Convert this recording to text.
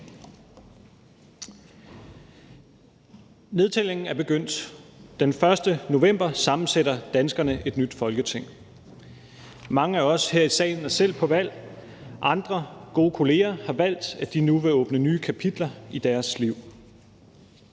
Nedtællingen er begyndt. Den 1. november sammensætter danskerne et nyt Folketing. Mange af os her i salen er selv på valg, andre gode kollegaer har valgt, at de nu vil åbne nye kapitler i deres liv.